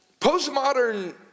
Postmodern